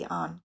on